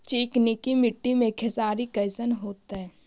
चिकनकी मट्टी मे खेसारी कैसन होतै?